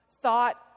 thought